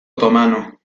otomano